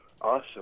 awesome